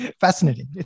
Fascinating